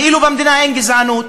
כאילו במדינה אין גזענות,